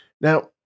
Now